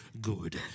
good